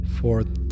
fourth